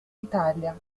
italia